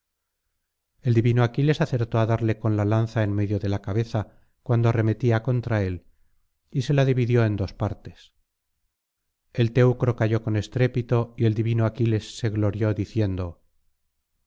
el divino aquiles acertó á darle con la lanza en medio de la cabeza cuando arremetía contra él y se la dividió en dos partes el teucro cayó con estrépito y el divino aquiles se glorió diciendo